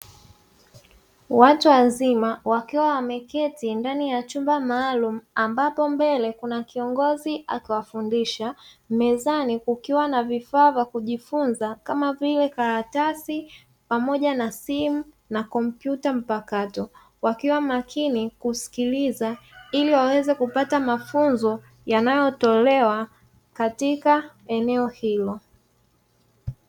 Watu wazima wakiwa wameketi ndani ya chumba maalumu, ambapo mbele kuna kiongozi akiwafundisha. Mezani kukiwa na vifaa vya kujifunza kama vile; karatasi pamoja na simu na kompyuta mpakato. Wakiwa makini kusikiliza ili waweze kupata mafunzo yanayotolewa katika eneo hilo.